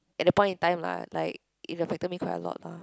at the point in time lah like it affected me quite a lot lah